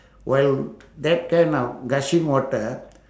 while that kind of gushing water